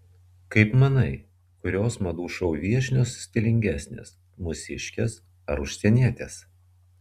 kaip manai kurios madų šou viešnios stilingesnės mūsiškės ar užsienietės